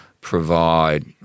provide